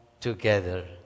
together